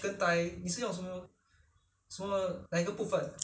鸡翅膀可以可以拿去拿去烘 oh